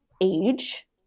age